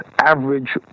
average